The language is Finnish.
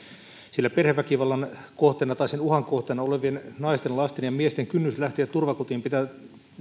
sillä perheväkivallan kohteena tai sen uhan kohteena olevien naisten lasten ja miesten kynnyksen lähteä turvakotiin pitää